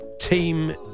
Team